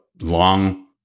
long